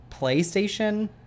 PlayStation